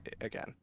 again